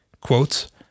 quotes